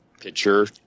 picture